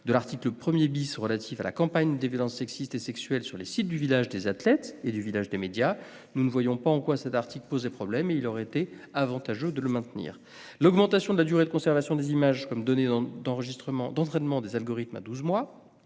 de l'article 1 relatif à la campagne des violences sexistes et sexuelles sur les sites du village des athlètes et du village des médias. Nous ne voyons pas en quoi cet article posait problème. Il aurait été avantageux de le maintenir. Nous regrettons aussi l'augmentation à douze mois de la durée de conservation des images comme données d'entraînement des algorithmes. Il ne nous